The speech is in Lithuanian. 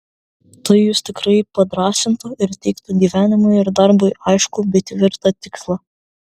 tai jus tikrai padrąsintų ir teiktų gyvenimui ir darbui aiškų bei tvirtą tikslą